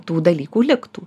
tų dalykų liktų